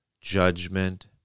Judgment